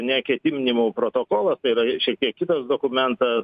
ne ketinimų protokolas tai yra šiek tiek kitas dokumentas